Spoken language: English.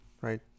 right